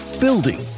building